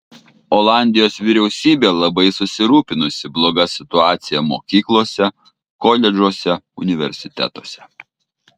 olandijos vyriausybė labai susirūpinusi bloga situacija mokyklose koledžuose universitetuose